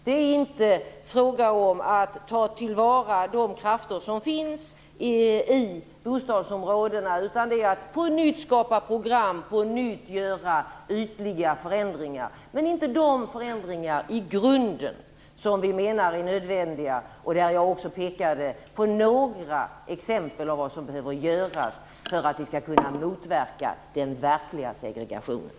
Det är inte fråga om att ta till vara de krafter som finns i bostadsområdena. Det är att på nytt skapa program och på nytt göra ytliga förändringar, men inte de förändringar i grunden som vi menar är nödvändiga och där jag också pekade på några exempel på vad som behöver göras för att vi skall kunna motverka den verkliga segregationen.